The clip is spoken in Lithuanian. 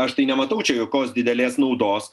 aš tai nematau čia jokios didelės naudos